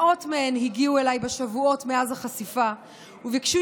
מאות מהן הגיעו אליי בשבועות מאז החשיפה וביקשו